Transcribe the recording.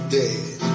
dead